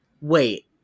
wait